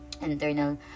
internal